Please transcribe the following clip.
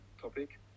topic